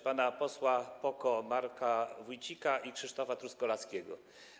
Panów posłów PO-KO Marka Wójcika i Krzysztofa Truskolaskiego.